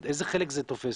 זאת אומרת איזה חלק זה תופס?